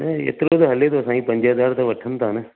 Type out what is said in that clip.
न एतिरो त हले थो साई पंज हज़ार त वठनि था न